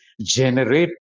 generate